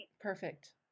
Perfect